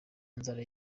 nzara